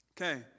Okay